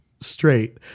straight